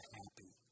happy